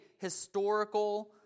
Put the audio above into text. historical